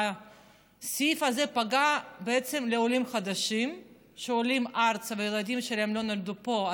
הסעיף הזה פגע בעולים חדשים שעולים ארצה והילדים שלהם לא נולדו פה.